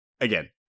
Again